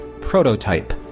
Prototype